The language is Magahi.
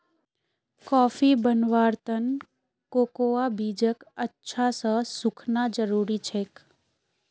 कॉफी बनव्वार त न कोकोआ बीजक अच्छा स सुखना जरूरी छेक